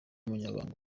umunyamabanga